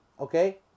Okay